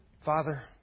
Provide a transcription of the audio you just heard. Father